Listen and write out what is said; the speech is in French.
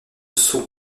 sont